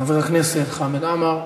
חבר הכנסת חמד עמאר.